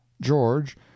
george